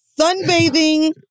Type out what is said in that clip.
sunbathing